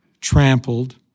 trampled